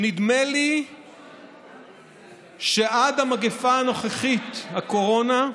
נדמה לי שעד המגפה הנוכחית, הקורונה,